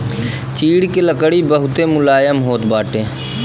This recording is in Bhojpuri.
चीड़ के लकड़ी बहुते मुलायम होत बाटे